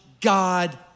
God